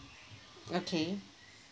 okay